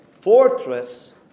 fortress